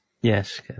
Yes